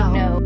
no